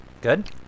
Good